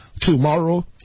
tomorrow